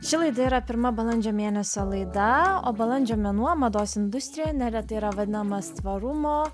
ši laida yra pirma balandžio mėnesio laida o balandžio mėnuo mados industrijoje neretai yra vadinamas tvarumo